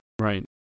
Right